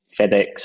fedex